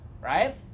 Right